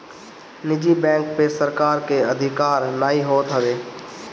निजी बैंक पअ सरकार के अधिकार नाइ होत हवे